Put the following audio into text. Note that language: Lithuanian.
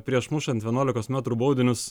prieš mušant vienuolikos metrų baudinius